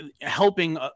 helping